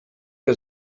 que